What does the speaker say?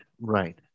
right